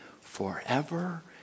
Forever